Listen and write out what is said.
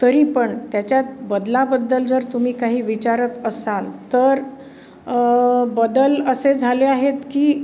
तरी पण त्याच्यात बदलाबद्दल जर तुम्ही काही विचारत असाल तर बदल असे झाले आहेत की